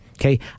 Okay